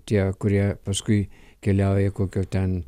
tie kurie paskui keliauja kokio ten